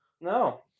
no